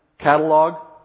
catalog